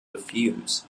diffuse